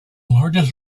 largest